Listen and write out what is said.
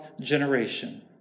generation